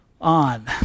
on